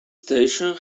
station